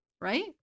right